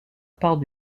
part